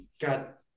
got